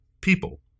people